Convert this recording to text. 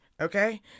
Okay